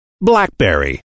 BlackBerry